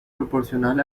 proporcional